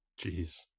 Jeez